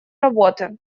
работы